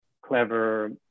clever